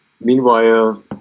meanwhile